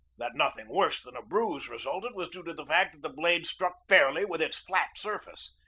that nothing worse than a bruise resulted was due to the fact that the blade struck fairly with its flat surface.